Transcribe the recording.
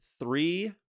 three